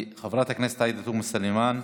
חברת הכנסת עאידה תומא סלימאן,